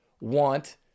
want